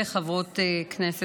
חברות כנסת,